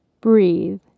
Breathe